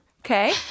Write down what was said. Okay